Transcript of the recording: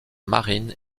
marines